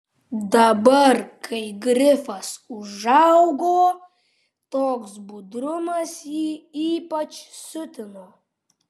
dabar kai grifas užaugo toks budrumas jį ypač siutino